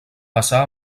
passà